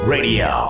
Radio